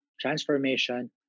Transformation